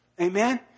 Amen